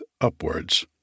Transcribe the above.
upwards